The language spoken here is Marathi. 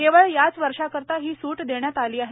केवळ याच वर्षाकरता ही सूट देण्यात आली आहे